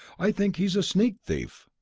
i think he's a sneak thief.